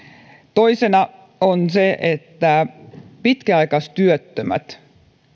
toisena on se että pitkäaikaistyöttömät